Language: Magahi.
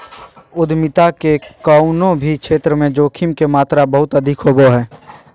उद्यमिता के कउनो भी क्षेत्र मे जोखिम के मात्रा बहुत अधिक होवो हय